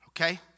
okay